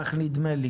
כך נדמה לי,